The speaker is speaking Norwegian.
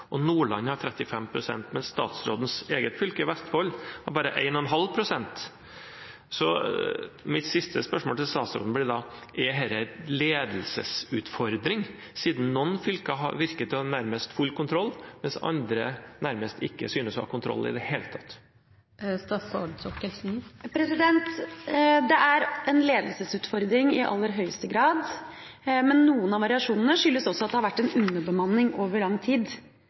Nordland har 35 pst, mens statsrådens eget fylke, Vestfold, har bare 1,5 pst. fristbrudd. Mitt siste spørsmål til statsråden blir da: Er dette en ledelsesutfordring siden det virker som om noen fylker nærmest har full kontroll, mens andre nærmest ikke synes å ha kontroll i det hele tatt? Det er en ledelsesutfordring, i alle høyeste grad, men noen av variasjonene skyldes også at det har vært en underbemanning over lang tid,